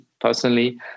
personally